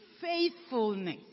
faithfulness